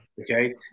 Okay